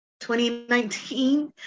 2019